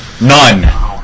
None